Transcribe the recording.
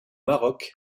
maroc